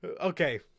okay